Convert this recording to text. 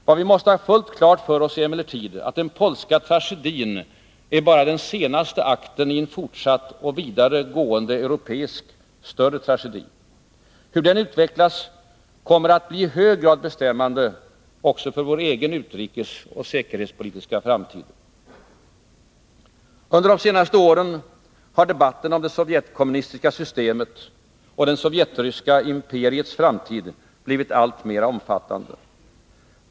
Vad vi måste ha fullt klart för oss är emellertid att den polska tragedin bara är den senaste akten i en fortsatt och vidare gående europeisk större tragedi. Hur den utvecklas kommer att bli i hög grad bestämmande också för vår egen utrikesoch säkerhetspolitiska framtid. Under de senaste åren har debatten om det sovjetkommunistiska systemet och det sovjetryska imperiets framtid blivit alltmer omfattande.